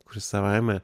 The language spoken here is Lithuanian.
kuris savaime